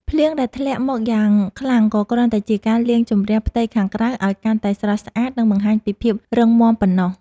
ភ្លៀងដែលធ្លាក់មកយ៉ាងខ្លាំងក៏គ្រាន់តែជាការលាងជម្រះផ្ទៃខាងក្រៅឱ្យកាន់តែស្រស់ស្អាត និង បង្ហាញពីភាពរឹងមាំប៉ុណ្ណោះ។